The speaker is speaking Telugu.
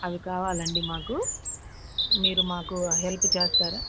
అవి కావాలండి మాకు మీరు మాకు హెల్పు చేస్తారా